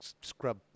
scrub